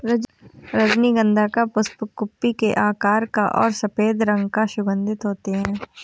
रजनीगंधा का पुष्प कुप्पी के आकार का और सफेद रंग का सुगन्धित होते हैं